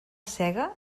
sega